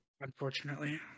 Unfortunately